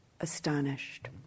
astonished